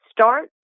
start